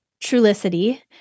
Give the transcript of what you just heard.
Trulicity